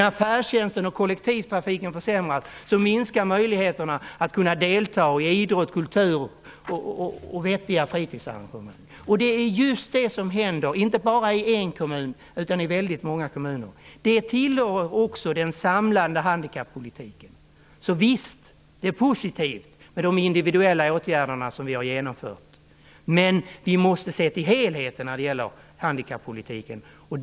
När färdtjänsten och kollektivtrafiken försämras minskar möjligheterna att delta i idrott, kultur och vettiga fritidsarrangemang. Det är just det som händer i inte bara en utan väldigt många kommuner. Det tillhör också den samlande handikappolitiken. Visst är de individuella åtgärder vi har genomfört positiva, men vi måste se till helheten när det gäller handikappolitiken!